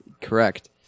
Correct